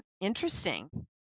interesting